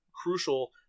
crucial